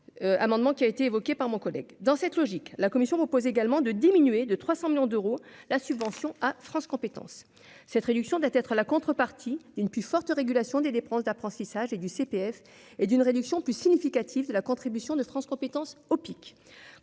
amendement qui a été évoqué par mon collègue dans cette logique, la commission propose également de diminuer de 300 millions d'euros, la subvention à France compétences cette réduction doit être la contrepartie d'une plus forte régulation des dépenses d'apprentissage et du CPF et d'une réduction plus significative de la contribution de France compétences au pic